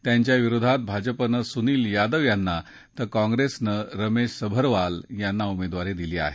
त्यांच्या विरोधात भाजपानं सुनील यादव यांना तर काँप्रेसनं रमेश सभरवाल यांना उमेदवारी दिली आहे